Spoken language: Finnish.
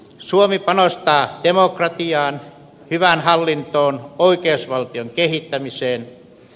suomi panostaa demokratiaan hyvään hallintoon oikeusvaltion kehittämiseen